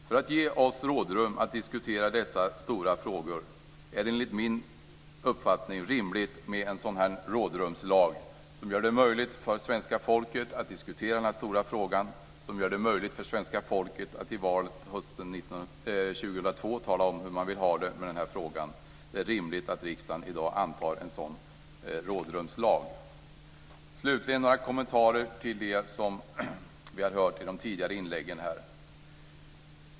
För att ge oss rådrum att diskutera så här stora frågor är det enligt min uppfattning rimligt med en sådan här rådrumslag som gör det möjligt för svenska folket att diskutera den här stora frågan och som gör det möjligt för svenska folket att i valet hösten 2002 tala om hur man vill ha det i denna fråga. Det är rimligt att riksdagen i dag antar en sådan rådrumslag. Slutligen vill jag göra några kommentarer till vad vi har hört i tidigare inlägg här.